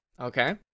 Okay